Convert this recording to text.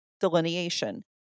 delineation